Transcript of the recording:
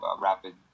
rapid